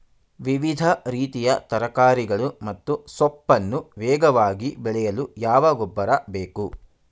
ವಿವಿಧ ರೀತಿಯ ತರಕಾರಿಗಳು ಮತ್ತು ಸೊಪ್ಪನ್ನು ವೇಗವಾಗಿ ಬೆಳೆಯಲು ಯಾವ ಗೊಬ್ಬರ ಬೇಕು?